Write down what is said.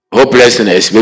Hopelessness